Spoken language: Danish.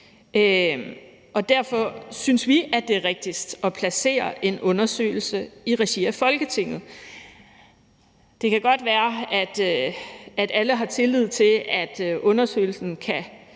Derfor synes vi, at det er rigtigst at placere en undersøgelse i regi af Folketinget. Det kan godt være, at alle har tillid til, at undersøgelsen